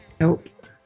Nope